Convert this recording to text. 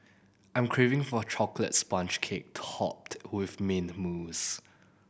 I am craving for a chocolate sponge cake topped with mint mousse